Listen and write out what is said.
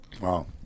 Wow